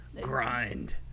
grind